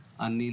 סעידיאן.